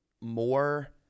more